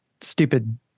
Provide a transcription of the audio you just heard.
stupid